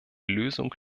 lösung